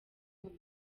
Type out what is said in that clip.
kumva